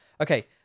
Okay